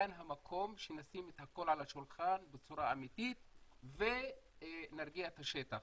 שנשים את הכול על השולחן בצורה אמיתית ונרגיע את השטח,